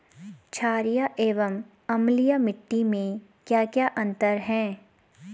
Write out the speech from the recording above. छारीय एवं अम्लीय मिट्टी में क्या क्या अंतर हैं?